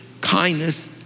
kindness